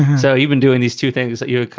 so you've been doing these two things that, you